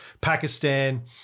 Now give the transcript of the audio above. Pakistan